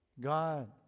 God